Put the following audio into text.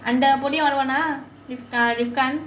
அந்த பொடியன் வருவானா:antha podiyan varuvaanaa rifkan